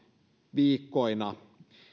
viikkoina